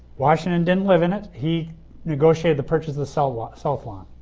washington didn't live in it. he negotiated the purchase of the south south lawn.